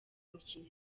mikino